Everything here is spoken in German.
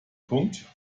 punkt